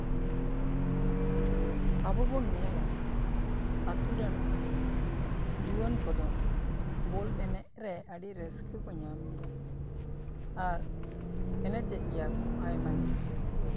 ᱟᱵᱚ ᱵᱚᱱ ᱧᱮᱞᱟ ᱟᱛᱳ ᱨᱮᱱ ᱡᱩᱣᱟᱹᱱ ᱠᱚᱫᱚ ᱵᱚᱞ ᱮᱱᱮᱡᱨᱮ ᱟᱹᱰᱤ ᱨᱟᱹᱥᱠᱟᱹ ᱠᱚ ᱧᱟᱢ ᱜᱮᱭᱟ ᱟᱨ ᱮᱱᱮᱡᱮᱜ ᱜᱮᱭᱟ ᱠᱚ ᱟᱭᱢᱟ ᱜᱮ